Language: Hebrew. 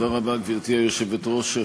גברתי היושבת-ראש,